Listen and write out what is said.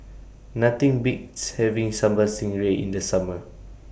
Nothing Beats having Sambal Stingray in The Summer